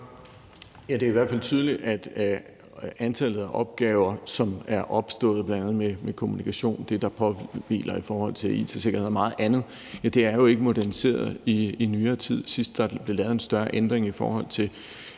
Ja, det er i hvert fald tydeligt, at antallet af opgaver, som er opstået med bl.a. kommunikation, det, der er påkrævet i forhold til it-sikkerhed, og meget andet jo ikke er moderniseret i nyere tid. Sidst der blev lavet en større ændring i forhold til